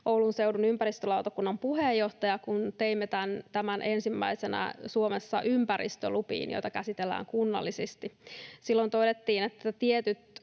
Oulun seudun ympäristölautakunnan puheenjohtaja, kun teimme tämän ensimmäisenä Suomessa ympäristölupiin, joita käsitellään kunnallisesti. Silloin todettiin, että tietyt